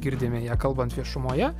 girdime ją kalbant viešumoje